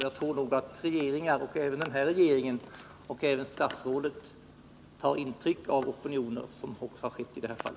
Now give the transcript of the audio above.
Jag tror att regeringar, även den här regeringen, liksom också statsrådet, tar intryck av opinioner, vilket ju också har skett i detta fall.